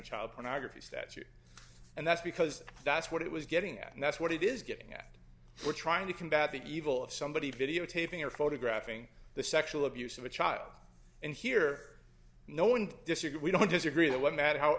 child pornography statute and that's because that's what it was getting at and that's what it is getting at we're trying to combat the evil of somebody videotaping or photographing the sexual abuse of a child and here no one disagrees we don't disagree with what matt how